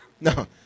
no